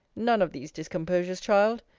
none of these discomposures, child.